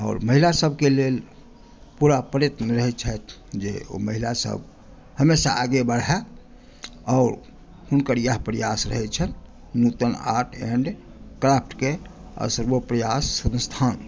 आओर महिला सभकेँ लेल पुरा प्रयत्न रहनि छथि जे ओ महिला सभ हमेशा आगे बढ़य आओर हुनकर इएह प्रयास रहै छनि नुतन आर्ट एन्ड क्राफ्ट के सर्वोप्रयास संस्थान